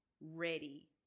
ready